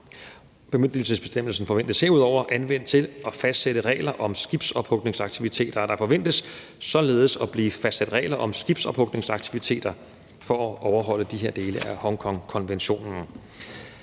Bemyndigelsesbestemmelsen forventes herudover anvendt til at fastsætte regler om skibsophugningsaktiviteter. Der forventes således at blive fastsat regler om skibsophugningsaktiviteter for at overholde de her dele af Hongkongkonventionen.